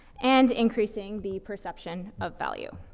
and increasing the perception of value.